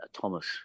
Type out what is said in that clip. Thomas